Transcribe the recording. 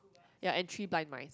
ya and three blind mice